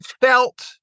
felt